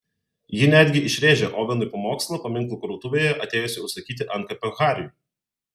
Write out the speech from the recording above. ji netgi išrėžė ovenui pamokslą paminklų krautuvėje atėjusi užsakyti antkapio hariui